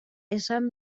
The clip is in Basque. esan